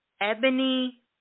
Ebony